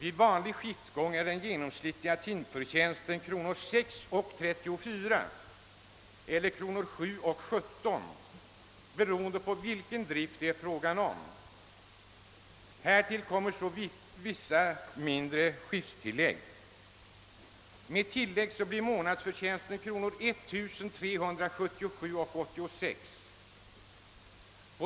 I vanlig skiftgång är den genomsnittliga timförtjänsten 6 kronor 34 öre eller 7 kronor 17 öre beroende på vilken drift det är fråga om. Härtill kommer sedan vissa mindre skifttillägg. Med tilläggen blir månadsförtjänsten 1377 kronor 86 öre.